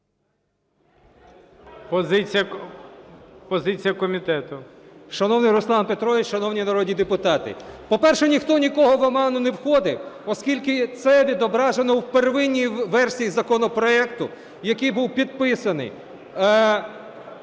КАЛЬЧЕНКО С.В. Шановний Руслан Петрович, шановні народні депутати! По-перше, ніхто й нікого в оману не вводив, оскільки це відображено в первинній версії законопроекту, який був підписаний